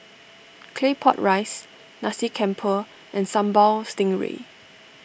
Claypot Rice Nasi Campur and Sambal Stingray